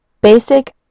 basic